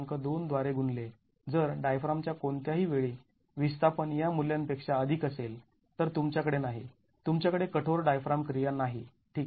२ द्वारे गुणले जर डायफ्रामच्या कोणत्याही वेळी विस्थापन या मूल्यांपेक्षा अधिक असेल तर तुमच्याकडे नाही तुमच्याकडे कठोर डायफ्राम क्रिया नाही ठीक आहे